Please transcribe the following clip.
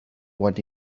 what